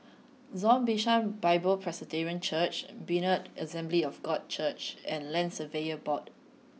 Zion Bishan Bible Presbyterian Church Berean Assembly of God Church and Land Surveyors Board